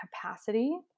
capacity